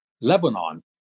Lebanon